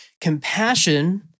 Compassion